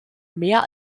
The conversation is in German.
mehr